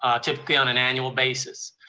um typically on an annual basis.